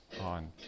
on